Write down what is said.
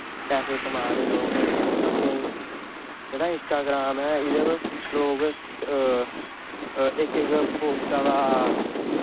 पैसे कमा दे लोक लोकें गी जेह्ड़ा इंस्टाग्राम ऐ एह्दे पर इक इक पोस्ट दा